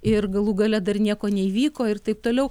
ir galų gale dar nieko neįvyko ir taip toliau